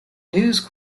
news